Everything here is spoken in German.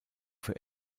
für